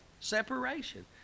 Separation